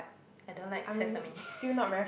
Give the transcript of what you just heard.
I don't like sesame